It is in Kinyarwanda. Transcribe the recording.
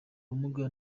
ubumuga